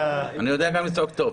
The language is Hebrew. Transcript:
הנכים.